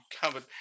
covered